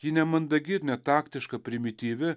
ji nemandagi ir netaktiška primityvi